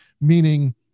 meaning